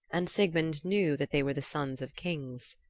and sigmund knew that they were the sons of kings.